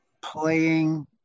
playing